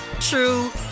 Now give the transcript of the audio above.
true